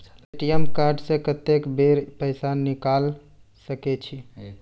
ATM card से कत्तेक बेर पैसा निकाल सके छी?